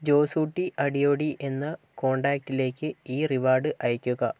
ജോസൂട്ടി അടിയോടി എന്ന കോൺടാക്റ്റിലേക്ക് ഈ റിവാർഡ് അയയ്ക്കുക